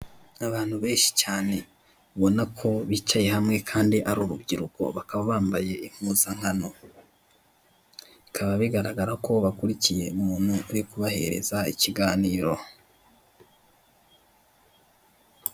Abantu benshi cyane, ubona ko bicaye hamwe kandi ari urubyiruko bakaba babmaye impuzangano, bikaba bigaragara ko bakurikiye umuntu uri kubaha ikiganiro.